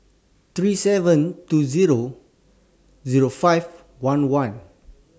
three seven two Zero Zero five one one